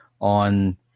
on